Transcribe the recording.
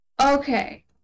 Okay